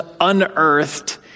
unearthed